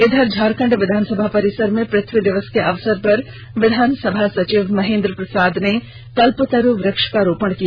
इधर झारखण्ड विधानसभा परिसर में पृथ्वी दिवस के अवसर पर विधानसभा सचिव महेंद्र प्रसाद ने कल्पतरू वृक्ष का रोपण किया